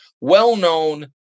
Well-known